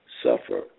suffer